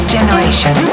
Generation